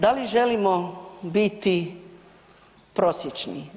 Da li želimo biti prosječni?